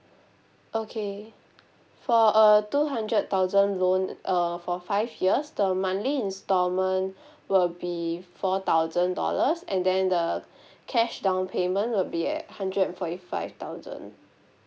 okay for a two hundred thousand loan uh for five years the monthly instalment would be four thousand dollars and then the cash down payment would be at hundred and forty five thousand